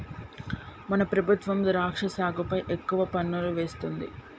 మన ప్రభుత్వం ద్రాక్ష సాగుపై ఎక్కువ పన్నులు వేస్తుంది